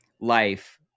life